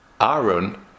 Aaron